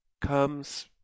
comes